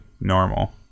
normal